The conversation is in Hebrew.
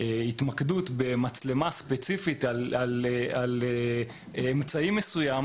ההתמקדות במצלמה ספציפית שנמצאת על אמצעי מסוים